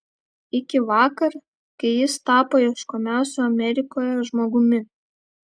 iki vakar kai jis tapo ieškomiausiu amerikoje žmogumi